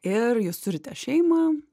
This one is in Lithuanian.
ir jūs turite šeimą